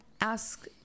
ask